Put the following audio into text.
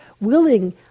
willing